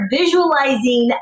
visualizing